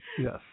Yes